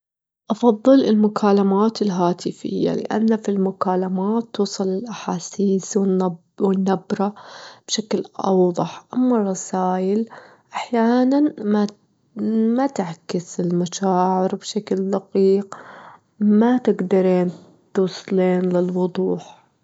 أفضل المكالمات الهاتفية لأن في المكالمات توصل الأحاسيس والنبرة- النبرة بشكل أوضح، أما الرسايل أحيانًا ما -ما تعكس المشاعر بشكل لطيف، ما تجدرين توصلين للوضوح.